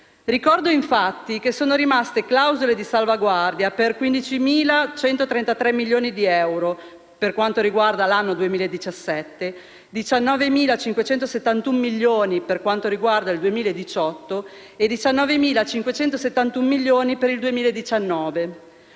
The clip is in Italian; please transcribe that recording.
Ricordo, infatti, che son rimaste clausole di salvaguardia per 15,133 milioni di euro per quanto riguarda l'anno 2017, per 19.571 milioni per il 2018 e per 19.571 milioni per il 2019: